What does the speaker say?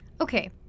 Okay